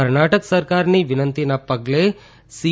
કર્ણાટક સરકારની વિનંતીના પગલે સી